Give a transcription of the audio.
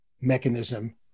mechanism